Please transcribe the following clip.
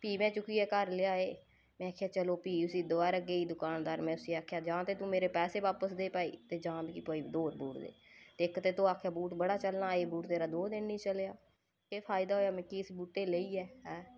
फ्ही में चुक्कियै घर लेआए में आखेआ चलो फ्ही उसी दबारा गेई दकानदार में उसी आक्खेआ जां ते तूं मेरे पैसें बापस दे भाई ते जां मिगी दूए बूट दे इक ते तूं आखेआ बूट बड़ा चलना एह् बूट तेरा दो दिन नी चलेआ केह् फायदा होएआ मिगी इस बूटा गी लेइयै